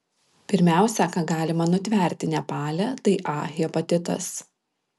pirmiausia ką galima nutverti nepale tai a hepatitas